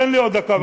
תן לי עוד דקה,